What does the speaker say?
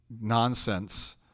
nonsense